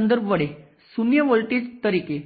અગાઉ મેળવી હતી